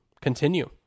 continue